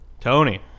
Tony